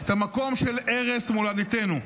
את המקום של ערש מולדתנו.